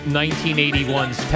1981's